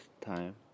time